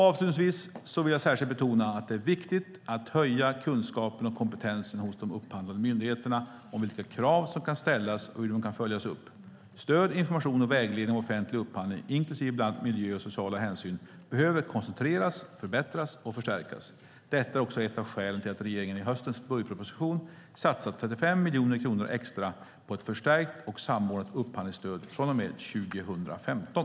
Avslutningsvis vill jag betona att det är viktigt att höja kunskapen och kompetensen hos de upphandlande myndigheterna om vilka krav som kan ställas och hur de kan följas upp. Stöd, information och vägledning om offentlig upphandling, inklusive bland annat miljöhänsyn och sociala hänsyn, behöver koncentreras, förbättras och förstärkas. Detta är ett av skälen till att regeringen i höstens budgetproposition satsat 35 miljoner kronor extra på ett förstärkt och samordnat upphandlingsstöd från och med 2015.